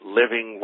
living